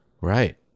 Right